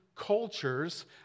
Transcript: cultures